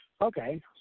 Okay